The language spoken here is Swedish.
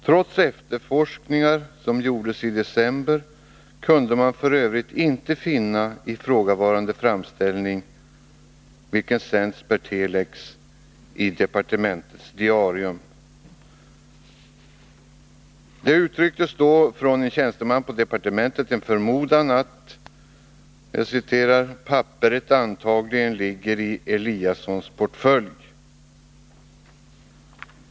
Trots efterforskningar som gjordes i december kunde man f.ö. inte finna ifrågavarande framställning, vilken sänts per telex, i departementets diarium. Det uttrycktes då av en tjänsteman på departementet en förmodan att ”papperet antagligen ligger i Eliassons portfölj”.